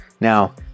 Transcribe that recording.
Now